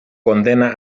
condena